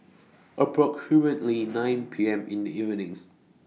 approximately nine P M in The evening